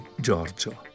Giorgio